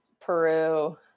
Peru